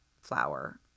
Flower